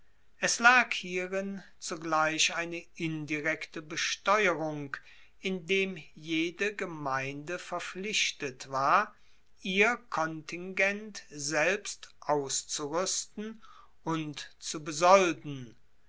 es lag hierin zugleich eine indirekte besteuerung indem jede gemeinde verpflichtet war ihr kontingent selbst auszuruesten und zu besolden